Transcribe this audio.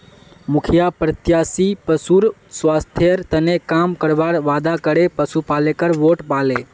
मुखिया प्रत्याशी पशुर स्वास्थ्येर तने काम करवार वादा करे पशुपालकेर वोट पाले